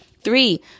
Three